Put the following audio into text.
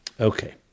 Okay